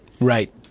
Right